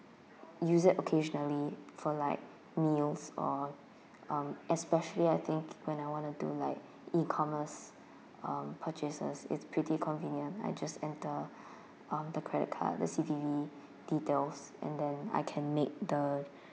use it occasionally for like meals or um especially I think when I want to do like e-commerce um purchases it's pretty convenient I just enter uh the credit card the C_V_V details and then I can make the